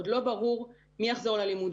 עוד לא ברור מי יחזור ללימודים,